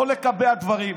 לא לקבע דברים.